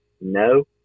no